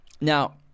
Now